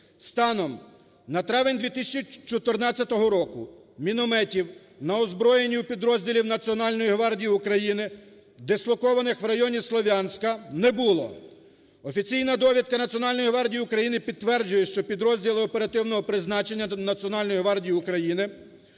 Станом на травень 2014 року мінометів на озброєнні у підрозділів Національної гвардії України, дислокованих у районі Слов'янська, не було. Офіційна довідка Національної гвардії України підтверджує, що підрозділи оперативного призначення Національної гвардії України